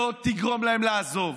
לא תגרום להם לעזוב,